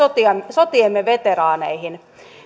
sotiemme veteraaneihin esimerkiksi